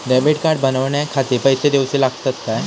Debit card बनवण्याखाती पैसे दिऊचे लागतात काय?